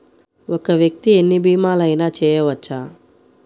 ఒక్క వ్యక్తి ఎన్ని భీమలయినా చేయవచ్చా?